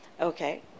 Okay